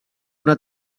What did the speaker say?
una